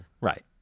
Right